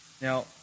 now